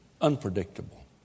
Unpredictable